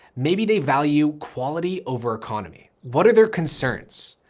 maybe they value quality over quantity. what are their concerns?